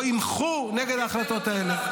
לא ימחו נגד ההחלטות האלו?